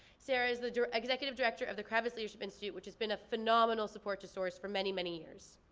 sarah is the executive director of the kravits leadership institute, which as been a phenomenal support to source for many, many years.